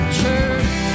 church